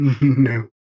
No